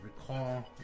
recall